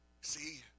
See